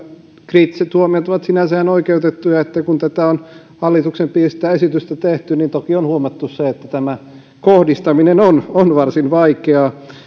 kriittiset huomiot ovat sinänsä ihan oikeutettuja ja kun tätä esitystä on hallituksen piirissä tehty niin toki on huomattu se että tämä kohdistaminen on on varsin vaikeaa